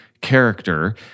character